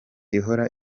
ihora